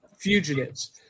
Fugitives